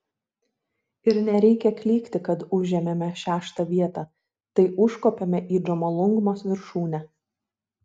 ir nereikia klykti kad užėmėme šeštą vietą tai užkopėme į džomolungmos viršūnę